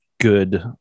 good